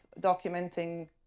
documenting